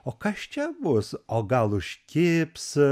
o kas čia bus o gal užkibs